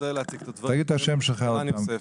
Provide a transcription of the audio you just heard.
ערן יוסף.